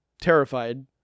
terrified